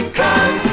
come